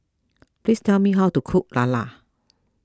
please tell me how to cook Lala